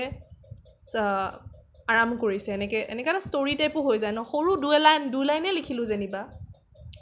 আৰাম কৰিছে এনেকে এনেকে এটা ষ্টৰি টাইপো হৈ যায় ন সৰু দুলাইনে লিখিলো যেনিবা